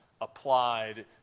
Applied